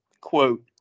quote